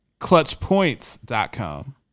ClutchPoints.com